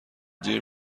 دیر